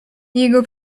jego